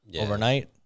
overnight